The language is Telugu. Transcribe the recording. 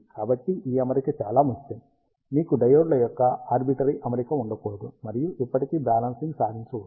కాబట్టి ఈ అమరిక చాలా ముఖ్యం మీకు డయోడ్ల యొక్క ఆర్బిటరీ అమరిక ఉండకూడదు మరియు ఇప్పటికీ బ్యాలెన్సింగ్ సాధించవచ్చు